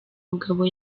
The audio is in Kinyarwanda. mugabo